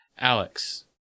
Alex